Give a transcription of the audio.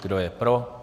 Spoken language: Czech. Kdo je pro?